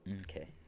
Okay